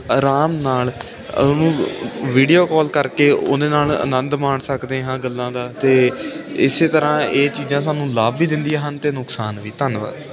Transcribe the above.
ਆਰਾਮ ਨਾਲ ਉਹਨੂੰ ਵੀਡੀਓ ਕਾਲ ਕਰਕੇ ਉਹਦੇ ਨਾਲ ਆਨੰਦ ਮਾਣ ਸਕਦੇ ਹਾਂ ਗੱਲਾਂ ਦਾ ਅਤੇ ਇਸ ਤਰ੍ਹਾਂ ਇਹ ਚੀਜ਼ਾਂ ਸਾਨੂੰ ਲਾਭ ਵੀ ਦਿੰਦੀਆਂ ਹਨ ਅਤੇ ਨੁਕਸਾਨ ਵੀ ਧੰਨਵਾਦ